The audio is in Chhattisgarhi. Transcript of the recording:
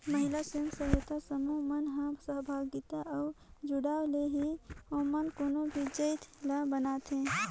महिला स्व सहायता समूह मन ह सहभागिता अउ जुड़ाव ले ही ओमन कोनो भी जाएत ल बनाथे